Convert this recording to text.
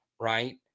right